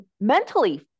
mentally